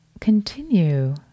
continue